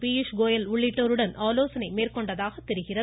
பியூஷ்கோயல் உள்ளிட்டோருடன் ஆலோசனை மேற்கொண்டதாக தெரிகிறது